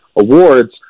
awards